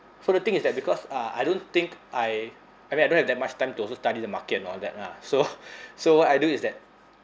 so the thing is that because uh I don't think I I mean I don't have that much time to also study the market and all that lah so so what I do is that